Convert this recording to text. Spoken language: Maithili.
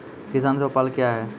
किसान चौपाल क्या हैं?